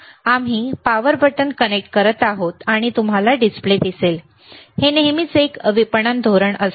तर आम्ही power button connect करत आहोत आणि तुम्हाला डिस्प्ले दिसेल हे नेहमीच एक विपणन धोरण असते